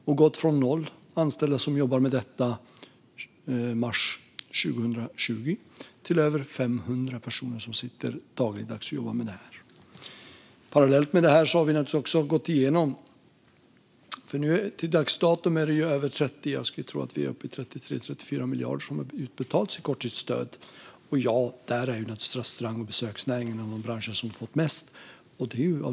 De har gått från noll anställda som jobbade med detta mars 2020 till över 500 personer som sitter dagligdags och jobbar med det här. Parallellt med detta har vi betalat ut till dags dato över 30 miljarder i korttidsstöd. Jag skulle tro att vi är uppe i 33-34 miljarder som har utbetalats. Av naturliga skäl - precis de skäl som vi resonerar kring - är restaurang och besöksnäringen en av de branscher som fått mest.